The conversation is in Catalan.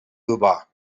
urbà